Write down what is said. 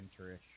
winterish